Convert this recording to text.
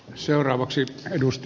seuraavaksi hän edusti